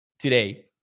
Today